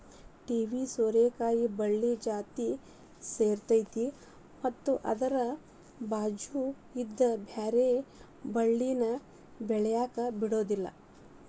ಐವಿ ಸೋರೆಕಾಯಿ ಬಳ್ಳಿ ಜಾತಿಯ ಸೇರೈತಿ ಮತ್ತ ಅದ್ರ ಬಾಚು ಇದ್ದ ಬ್ಯಾರೆ ಬಳ್ಳಿನ ಬೆಳ್ಯಾಕ ಬಿಡುದಿಲ್ಲಾ